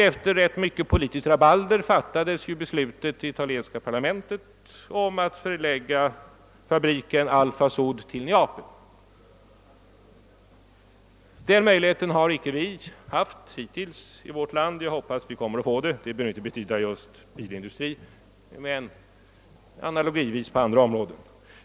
Efter rätt långa parlamentariska diskussioner fattades beslut i det italienska parlamentet om att förlägga fabriken Alfa-Sud till Neapel. Den möjligheten har vi inte haft i vårt land hittills, men vi hoppas att få den. Det behöver inte gälla just bilindustrin utan kan avse andra områden.